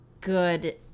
good